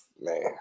man